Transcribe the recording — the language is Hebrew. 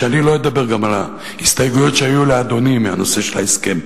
אני לא אדבר גם על ההסתייגויות שהיו לאדוני מהנושא של ההסכם,